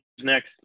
next